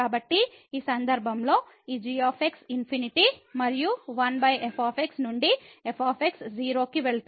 కాబట్టి ఈ సందర్భంలో ఈ g ∞ మరియు 1f నుండి f 0 కి వెళుతుంది